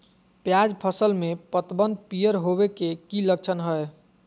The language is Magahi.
प्याज फसल में पतबन पियर होवे के की लक्षण हय?